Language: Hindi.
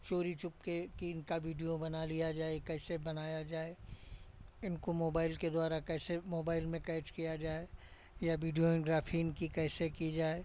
चोरी चुपके कि इनका वीडियो बना लिया जाए कैसे बनाया जाए इनको मोबाइल के द्वारा कैसे मोबाइल में कैच किया जाए या वीडियोग्राफी इनकी कैसे की जाए